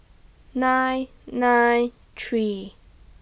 nine nine three